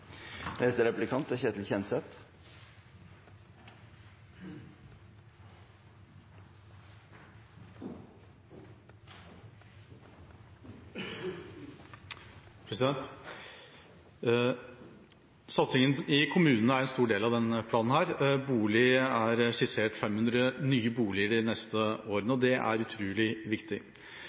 Satsingen i kommunene er en stor del av denne planen. Det er skissert 500 nye boliger de neste årene, og det er utrolig viktig.